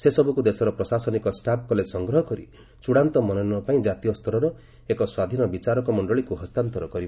ସେସବୁକୁ ଦେଶର ପ୍ରଶାସନିକ ଷ୍ଟାଫ୍ କଲେଜ୍ ସଂଗ୍ରହ କରି ଚଡ଼ାନ୍ତ ମନୋନୟନ ପାଇଁ ଜାତୀୟ ସ୍ତରର ଏକ ସ୍ୱାଧୀନ ବିଚାରକ ମଣ୍ଡଳୀକୁ ହସ୍ତାନ୍ତର କରିବ